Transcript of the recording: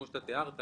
כמו שתיארת,